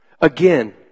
again